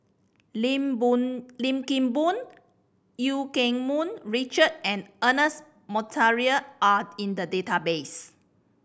Lim Boon Lim Kim Boon Eu Keng Mun Richard and Ernest Monteiro are in the database